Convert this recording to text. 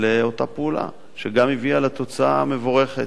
לאותה פעולה, שגם הביאה לתוצאה מבורכת,